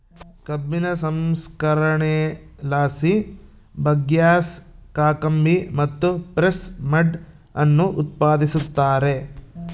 ಕಬ್ಬಿನ ಸಂಸ್ಕರಣೆಲಾಸಿ ಬಗ್ಯಾಸ್, ಕಾಕಂಬಿ ಮತ್ತು ಪ್ರೆಸ್ ಮಡ್ ಅನ್ನು ಉತ್ಪಾದಿಸುತ್ತಾರೆ